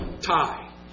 Tie